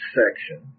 section